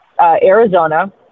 Arizona